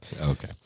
Okay